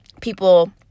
people